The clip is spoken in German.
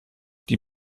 die